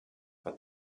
but